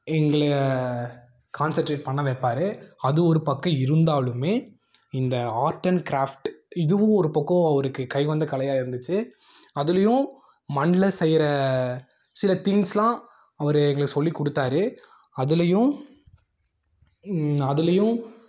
எங்களை கான்சென்ட்ரேட் பண்ண வைப்பார் அது ஒரு பக்கம் இருந்தாலுமே இந்த ஆர்ட் அண்ட் கிராஃப்ட் இதுவும் ஒரு பக்கம் அவருக்கு கை வந்த கலையாக இருந்திச்சு அதுலேயும் மண்ணில் செய்கிற சில திங்க்ஸ்யெலாம் அவர் எங்களுக்கு சொல்லிக் கொடுத்தாரு அதுலேயும் அதுலேயும்